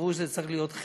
וברור שזה צריך להיות חלק